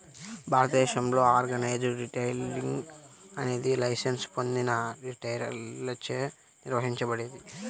భారతదేశంలో organised retailing అనేది licence పొందిన రిటైలర్లచే నిర్వహించబడేది